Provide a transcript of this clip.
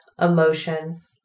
emotions